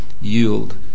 yield